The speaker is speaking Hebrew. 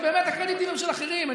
באמת, הקרדיטים הם של אחרים.